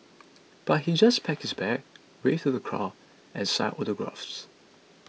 but he just packed his bag waved to the crowd and signed autographs